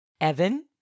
Evan